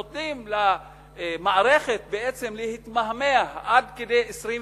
נותנים למערכת בעצם להתמהמה עד כדי 21